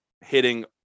hitting